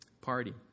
party